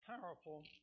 powerful